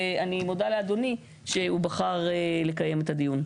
ואני מודה לאדוני שהוא בחר לקיים את הדיון.